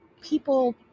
people